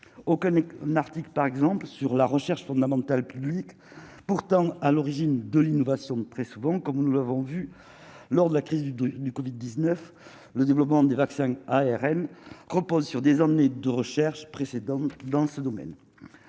qu'un article par exemple sur la recherche fondamentale, pourtant à l'origine de l'innovation, très souvent, comme nous l'avons vu lors de la crise du du Covid 19 le développement des vaccins à ARN repose sur des années de recherches précédentes dans ce domaine,